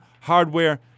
hardware